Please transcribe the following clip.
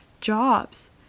jobs